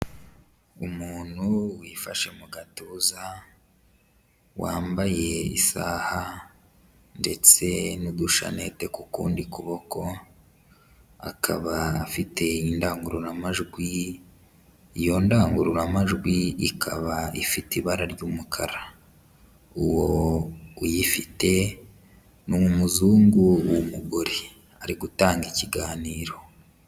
Umuntu wifashe mu gatuza, wambaye isaha ndetse n'udushanete ku kundi kuboko, akaba afite indangururamajwi, iyo ndangururamajwi ikaba ifite ibara ry'umukara, uwo uyifite ni Umuzungu w'umugore, ari gutanga ikiganiro.